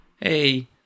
hey